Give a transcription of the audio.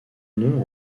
nom